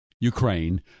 Ukraine